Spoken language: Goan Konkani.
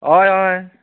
हय हय